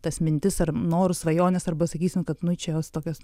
tas mintis ar norus svajones arba sakysim kad nu čia jos tokios